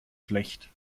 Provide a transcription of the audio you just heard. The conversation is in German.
schlecht